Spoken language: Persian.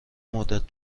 مدت